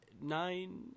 nine